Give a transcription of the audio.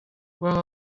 war